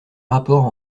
rapport